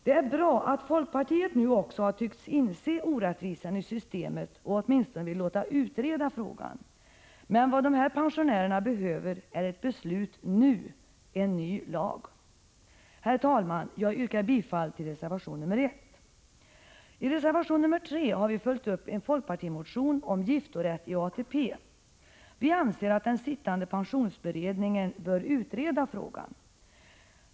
Det är bra att också folkpartiet nu tycks inse orättvisan i systemet. Man vill åtminstone låta utreda frågan. Men vad de här pensionärerna behöver är ett beslut nu — det behövs en ny lag! Herr talman! Jag yrkar bifall till reservation nr 1. I reservation nr 3 har vi följt upp en folkpartimotion om giftorätt till ATP-poäng. Vi anser att den sittande pensionsberedningen bör utreda frågan.